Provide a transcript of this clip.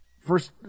First